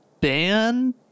band